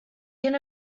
can